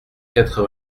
quatre